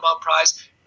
prize